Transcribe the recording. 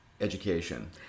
education